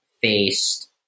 faced